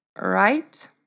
Right